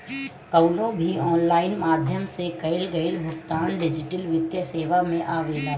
कवनो भी ऑनलाइन माध्यम से कईल गईल भुगतान डिजिटल वित्तीय सेवा में आवेला